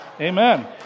Amen